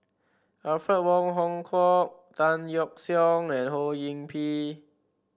Alfred Wong Hong Kwok Tan Yeok Seong and Ho Yee Ping